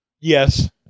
Yes